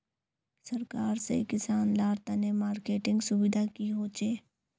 सरकार से किसान लार तने मार्केटिंग सुविधा की होचे?